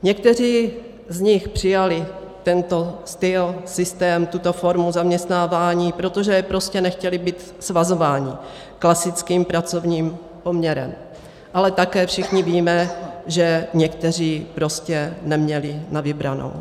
Někteří z nich přijali tento styl, systém, tuto formu zaměstnávání, protože prostě nechtěli být svazováni klasickým pracovním poměrem, ale také všichni víme, že někteří prostě neměli na vybranou.